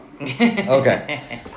Okay